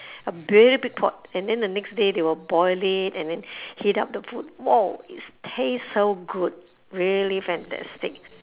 a very big pot and then the next day they will boil it and then heat up the food !whoa! it tastes so good really fantastic